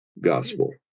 gospel